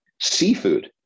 seafood